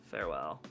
Farewell